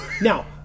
Now